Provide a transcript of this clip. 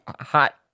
hot